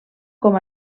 com